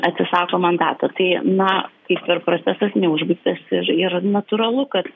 atsisako mandato tai na kaip ir procesas neužbaigtas ir ir natūralu kad